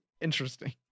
interesting